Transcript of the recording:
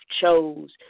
chose